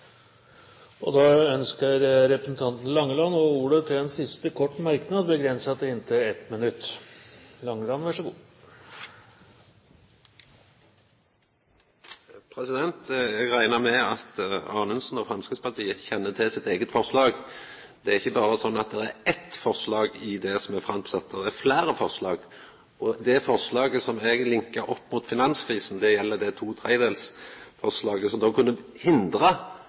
Langeland har hatt ordet to ganger tidligere og får ordet til en kort merknad, begrenset til 1 minutt. Eg reknar med at Anundsen og Framstegspartiet kjenner til sitt eige forslag. Det er ikkje berre sånn at det er eitt forslag som er framsett. Det er fleire forslag. Det forslaget som eg linka opp mot finanskrisa, gjeld to tredelsforslaget, som kunne ha hindra